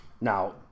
now